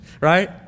right